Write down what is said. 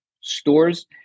stores